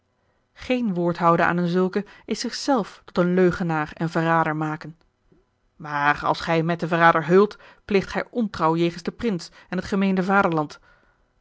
geen woord houden aan een zulke is zich zelf tot een leugenaar een verrader maken maar als gij met den verrader heult pleegt gij ontrouw jegens den prins en t gemeene vaderland